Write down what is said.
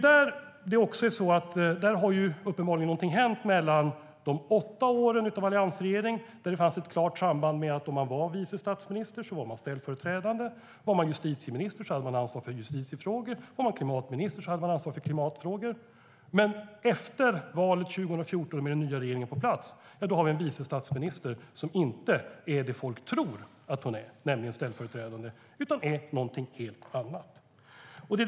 Där har uppenbarligen någonting hänt sedan de åtta åren av alliansregering, där det fanns ett klart samband med att om man var vice statsminister var man ställföreträdare, var man justitieminister hade man ansvar för justitiefrågor, var man klimatminister hade man ansvar för klimatfrågor, och efter valet 2014 med den nya regeringen på plats med en vice statsminister som inte är det folk tror att hon är, nämligen ställföreträdare, utan är något helt annat.